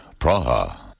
Praha